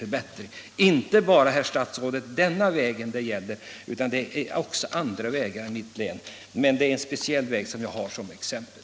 Och det gäller inte bara, herr statsråd, den väg som jag speciellt syftar på utan även andra vägar i mitt län och på andra platser i landet.